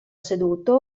seduto